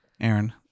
Aaron